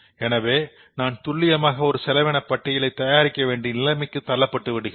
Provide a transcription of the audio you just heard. எனவே நான் துல்லியமான ஒரு செலவின பட்டியலை தயாரிக்க வேண்டிய நிலைமைக்கு தள்ளப்பட்டு விடுகிறோம்